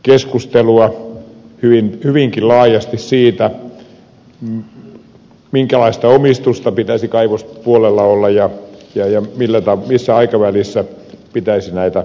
talousvaliokunnassa käytiin hyvinkin laajasti keskustelua siitä minkälaista omistusta pitäisi kaivospuolella olla ja missä aikavälissä pitäisi näitä kaivauksia suorittaa